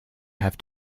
have